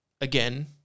again